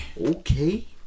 Okay